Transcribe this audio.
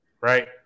right